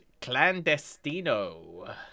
Clandestino